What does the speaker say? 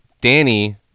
Danny